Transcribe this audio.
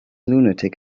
lunatic